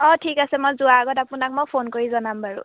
অঁ ঠিক আছে মই যোৱাৰ আগত আপোনাক মই ফোন কৰি জনাম বাৰু